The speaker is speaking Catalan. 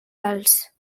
alts